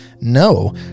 no